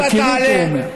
בכנות הוא אומר.